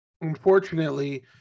unfortunately